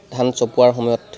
ধান চপোৱাৰ সময়ত